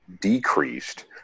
decreased